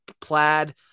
plaid